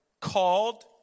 called